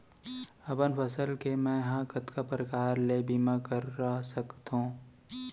अपन फसल के मै ह कतका प्रकार ले बीमा करा सकथो?